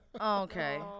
okay